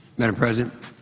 madam president?